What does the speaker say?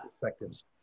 perspectives